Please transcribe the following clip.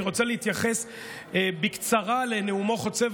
אני רוצה להתייחס בקצרה לנאומו חוצב